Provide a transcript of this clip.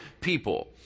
people